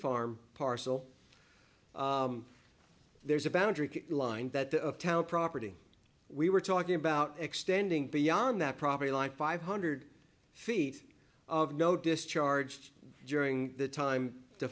farm parcel there is a boundary line that of town property we were talking about extending beyond that property like five hundred feet of no discharged during that time to